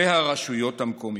והרשויות המקומיות.